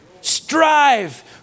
Strive